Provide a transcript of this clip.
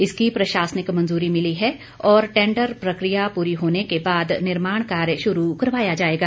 इसकी प्रशासनिक मंजूरी मिली है और टेंडर प्रक्रिया पूरी होने के बाद निर्माण कार्य शुरू करवाया जाएगा